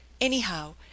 Anyhow